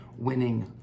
winning